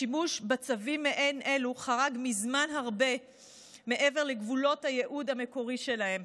השימוש בצווים מעין אלו חרג מזמן הרבה מעבר לגבולות הייעוד המקורי שלהם.